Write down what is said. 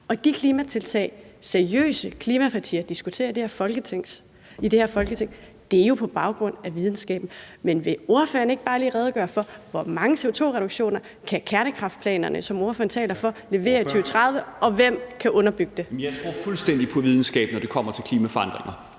De klimatiltag, som seriøse klimapartier diskuterer i det her Folketing, sker jo på baggrund af videnskaben. Men vil ordføreren ikke bare lige redegøre for, hvor mange CO2-reduktioner de kernekraftplaner, som ordføreren taler for, kan levere i 2030, og hvem der kan underbygge det? Kl. 13:37 Anden næstformand (Jeppe Søe): Ordføreren.